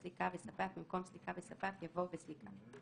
"סליקה" ו"ספק" במקום ""סליקה" ו"ספק"" יבוא "ו-"סליקה"";